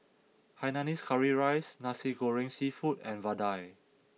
Hainanese Curry Rice Nasi Goreng Seafood and Vadai